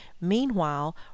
meanwhile